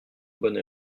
bonne